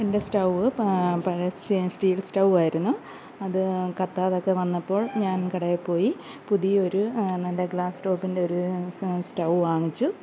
എൻ്റെ സ്റ്റവ്വ് പ പഴയ സ്റ്റെ സ്റ്റീൽ സ്റ്റവ്വ് ആയിരുന്നു അത് കത്താതെയൊക്കെ വന്നപ്പോൾ ഞാൻ കടയിൽ പോയി പുതിയ ഒരു നല്ല ഗ്ലാസ് ടോപ്പിൻ്റെ ഒരു സ്റ്റവ്വ് വാങ്ങിച്ചു